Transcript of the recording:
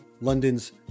London's